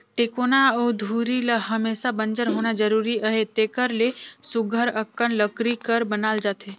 टेकोना अउ धूरी ल हमेसा बंजर होना जरूरी अहे तेकर ले सुग्घर अकन लकरी कर बनाल जाथे